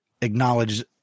acknowledge –